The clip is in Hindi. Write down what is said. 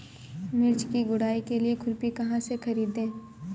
मिर्च की गुड़ाई के लिए खुरपी कहाँ से ख़रीदे?